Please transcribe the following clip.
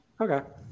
Okay